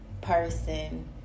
person